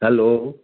hello